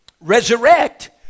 resurrect